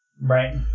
Right